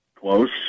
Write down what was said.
close –